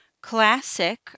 classic